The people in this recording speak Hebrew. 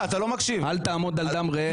לא מקשיב כי אתה מדבר בלי רשות.